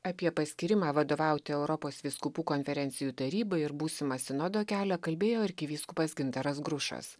apie paskyrimą vadovauti europos vyskupų konferencijų tarybai ir būsimą sinodo kelią kalbėjo arkivyskupas gintaras grušas